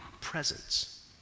presence